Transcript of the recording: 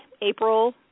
April